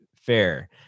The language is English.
fair